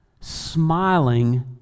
smiling